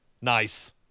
Nice